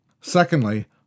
Secondly